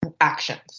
actions